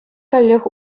каллех